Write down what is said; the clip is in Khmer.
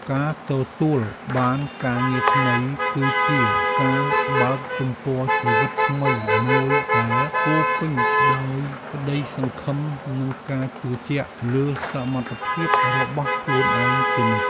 ការទទួលបានការងារថ្មីគឺជាការបើកទំព័រជីវិតថ្មីមួយដែលពោរពេញដោយក្ដីសង្ឃឹមនិងការជឿជាក់លើសមត្ថភាពរបស់ខ្លួនឯងជានិច្ច។